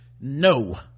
no